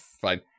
Fine